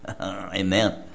Amen